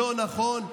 לא נכון,